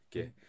Okay